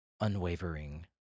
unwavering